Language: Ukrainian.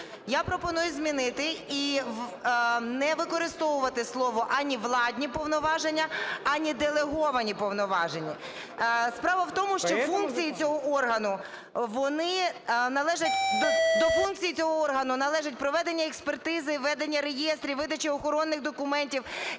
Я пропоную змінити. І не використовувати слово ані "владні повноваження", ані "делеговані повноваження". Справа в тому, що до функцій цього органу належать: проведення експертизи, введення реєстрів, видача охоронних документів.